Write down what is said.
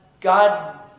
God